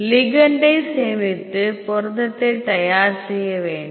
லிகெண்டை சேமித்து புரதத்தை தயார் செய்ய வேண்டும்